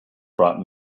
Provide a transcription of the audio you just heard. brought